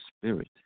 spirit